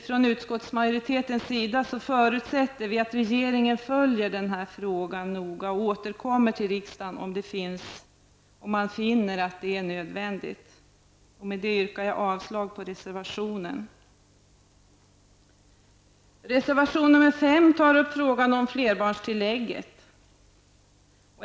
Från utskottsmajoritetens sida förutsätter vi att regeringen noga följer denna fråga och återkommer till riksdagen om man finner det nödvändigt. Därmed yrkar jag avslag på reservationen. Reservation 5 tar upp frågan om flerbarnstillägget.